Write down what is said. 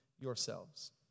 yourselves